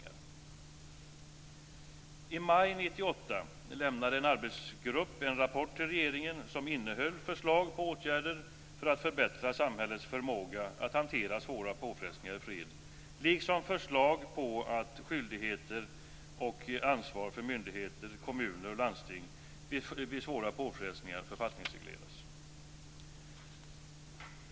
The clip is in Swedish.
I maj 1998 lämnade en arbetsgrupp en rapport till regeringen som innehöll förslag till åtgärder för att förbättra samhällets förmåga att hantera svåra påfrestningar i fred liksom förslag om att skyldigheter och ansvar för myndigheter, kommuner och landsting vid svåra påfrestningar skulle författningsregleras.